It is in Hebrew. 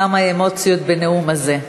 כמה אמוציות בנאום הזה.